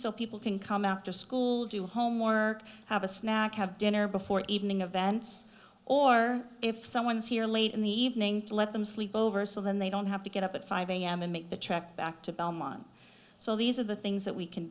so people can come out of school do homework have a snack have dinner before evening of bents or if someone's here late in the evening to let them sleep over so then they don't have to get up at five am and make the trek back to belmont so these are the things that we can